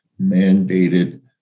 mandated